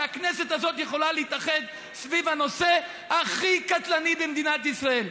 שהכנסת הזאת יכולה להתאחד סביב הנושא הכי קטלני במדינת ישראל.